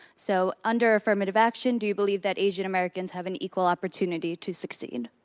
so under affirmative action, do you believe that asian americans have an equal opportunity to succeed?